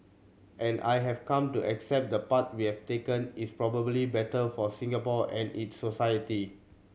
and I have come to accept the path we have taken is probably better for Singapore and its society